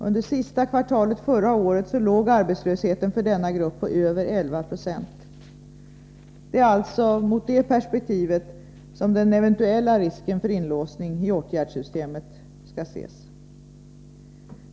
Under sista kvartalet förra året låg arbetslösheten för denna grupp på över 192. Det är alltså i det här perspektivet som den eventuella risken för inlåsning i åtgärdssystemet skall ses.